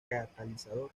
catalizador